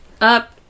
up